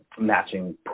matching